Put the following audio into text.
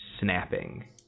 snapping